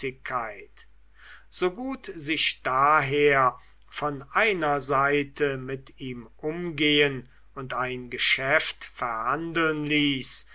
so gut sich daher von einer seite mit ihm umgehen und ein geschäft verhandeln ließ